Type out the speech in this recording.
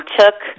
took